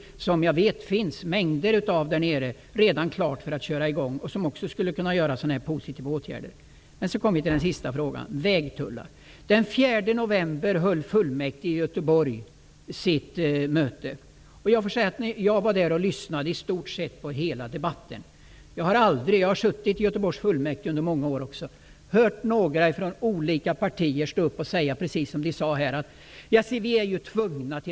Jag vet att det finns mycket som redan är klart att köra i gång och som också skulle kunna innebära positiva åtgärder. Den sista frågan, herr talman, handlar om vägtullar. Den 4 november hade fullmäktige i Göteborg sitt möte. Jag var där och lyssnade på i stort sett hela debatten. Jag har suttit i Göteborgs fullmäktige i många år, men jag har aldrig hört att man från olika partier säger så som man gjorde här: Vi är ju tvungna.